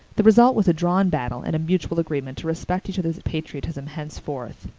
the result was a drawn battle and a mutual agreement to respect each other's patriotism henceforth.